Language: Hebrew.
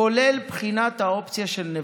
כולל בחינת האופציה של נבטים,